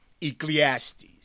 Ecclesiastes